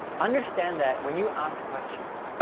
understand that when you ask questions,